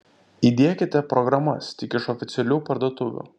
įdiekite programas tik iš oficialių parduotuvių